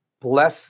bless